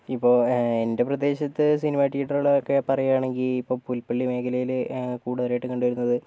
ഇപ്പോൾ എന്റെ പ്രദേശത്ത് സിനിമ തീയേറ്ററുകളൊക്കെ പറയുകയാണെങ്കിൽ ഇപ്പോൾ പുൽപ്പള്ളി മേഖലയിൽ കൂടുതലായിട്ട് കണ്ടു വരുന്നത്